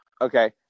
Okay